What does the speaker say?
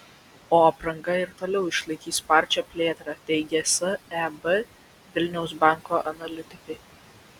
o apranga ir toliau išlaikys sparčią plėtrą teigia seb vilniaus banko analitikai